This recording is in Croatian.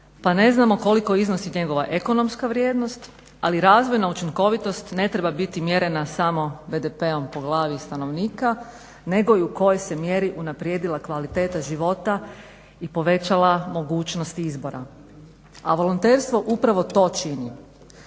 pa ne znamo koliko iznosi njegova ekonomska vrijednost, ali razvojna učinkovitost ne treba biti mjerena samo BDP-om po glavi stanovnika nego i u kojoj se mjeri unaprijedila kvaliteta života i povećala mogućnost izbora. A volonterstvo upravo to čini,